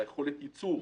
ליכולת הייצור